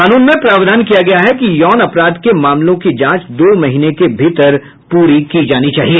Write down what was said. कानून में प्रावधान किया गया है कि यौन अपराध के मामलों की जांच दो महीने के भीतर पूरी की जानी चाहिए